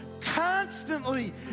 constantly